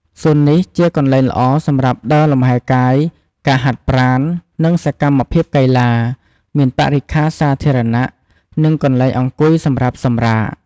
សួននេះ ជាកន្លែងល្អសម្រាប់ដើរលំហែកាយ ការហាត់ប្រាណ និងសកម្មភាពកីឡា មានបរិក្ខារសាធារណៈ និងកន្លែងអង្គុយសម្រាប់សម្រាក។